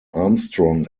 armstrong